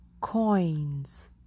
coins